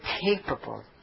capable